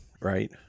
right